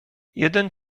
jeden